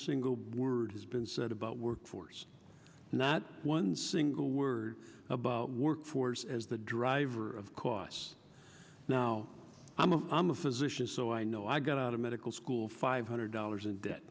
single word has been said about workforce not one single word about workforce as the driver of costs now i'm a i'm a physician so i know i got out of medical school five hundred dollars in debt